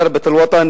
ח'רבת-אלוטן,